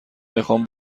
میخام